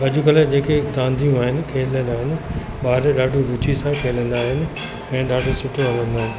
अॼुकल्ह जेके रांदियूं आहिनि खेल आहिनि ॿार ॾाढो रुचि सां खेलंदा आहिनि ऐं ॾाढो सुठो हलंदो आहिनि